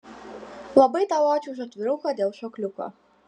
labai tau ačiū už atviruką dėl šokliuko